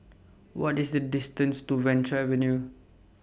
What IS The distances to Venture Avenue